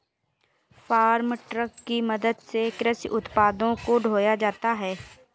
farm truck की मदद से कृषि उत्पादों को ढोया जाता है